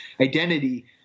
identity